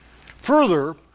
Further